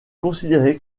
considérée